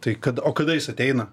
tai kada o kada jis ateina